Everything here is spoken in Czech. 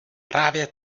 právě